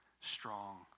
strong